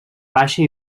baixa